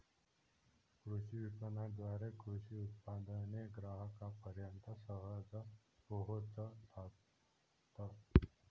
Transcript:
कृषी विपणनाद्वारे कृषी उत्पादने ग्राहकांपर्यंत सहज पोहोचतात